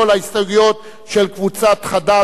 ההסתייגויות של קבוצת חד"ש,